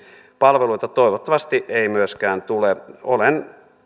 palveluita toivottavasti ei myöskään tule